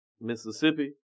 Mississippi